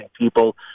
people